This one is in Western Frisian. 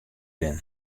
bin